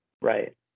Right